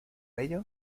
ello